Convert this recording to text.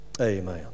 Amen